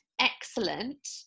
excellent